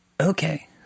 okay